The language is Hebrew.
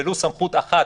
ולו סמכות אחת,